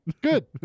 Good